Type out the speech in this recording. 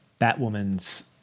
Batwoman's